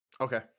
Okay